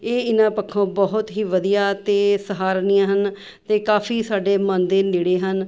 ਇਹ ਇਹਨਾਂ ਪੱਖੋਂ ਬਹੁਤ ਹੀ ਵਧੀਆ ਅਤੇ ਸਹਾਰਨੀਏ ਹਨ ਅਤੇ ਕਾਫ਼ੀ ਸਾਡੇ ਮਨ ਦੇ ਨੇੜੇ ਹਨ